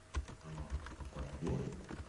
Ng'ombe kwa miguu yake